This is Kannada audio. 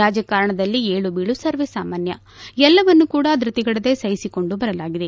ರಾಜಕಾರಣದಲ್ಲಿ ಏಳುಬೀಳು ಸರ್ವೇ ಸಾಮಾನ್ಯ ಎಲ್ಲವನ್ನು ಕೂಡ ದೃತಿಗೆಡದೆ ಸಹಿಸಿಕೊಂಡು ಬರಲಾಗಿದೆ